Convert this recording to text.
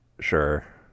sure